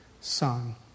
son